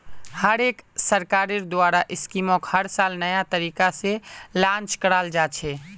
हर एक सरकारेर द्वारा स्कीमक हर साल नये तरीका से लान्च कराल जा छे